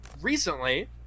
recently